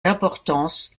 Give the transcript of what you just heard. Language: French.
d’importance